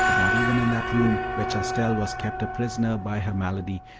not even in that room where chastel was kept a prisoner by her malady,